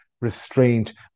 restraint